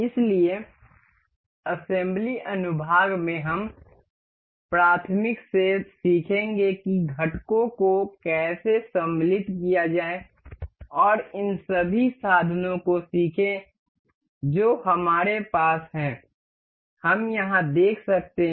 इसलिएअसेंबली अनुभाग में हम प्राथमिक से सीखेंगे कि घटकों को कैसे सम्मिलित किया जाए और इन सभी साधनों को सीखें जो हमारे पास हैं हम यहां देख सकते हैं